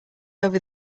over